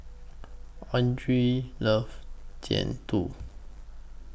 Andrew loves Jian Dui